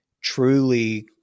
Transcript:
truly